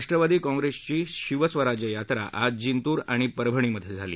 राष्ट्रवादी काँप्रेसची शिवस्वराज्य यात्रा आज जिंतूर आणि परभणी इथं झाली